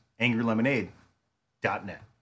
angrylemonade.net